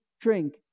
drink